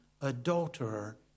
adulterer